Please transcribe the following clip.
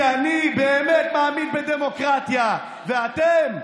כי אני באמת מאמין בדמוקרטיה, ואתם,